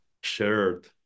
shared